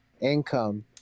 Income